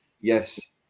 yes